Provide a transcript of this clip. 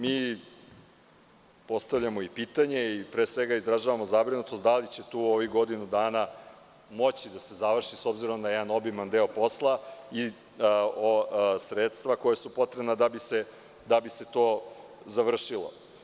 Mi postavljamo i pitanje i izražavamo zabrinutost - da li će to u ovih godinu dana moći da se završi, s obzirom na jedan obiman deo posla i sredstva koja su potrebna da bi se to završilo?